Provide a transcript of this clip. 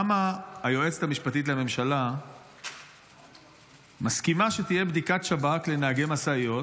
למה היועצת המשפטית לממשלה מסכימה שתהיה בדיקת שב"כ לנהגי משאיות,